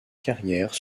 carrière